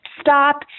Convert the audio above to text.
stop